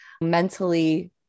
mentally